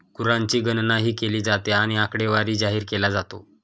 गुरांची गणनाही केली जाते आणि आकडेवारी जाहीर केला जातो